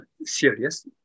serious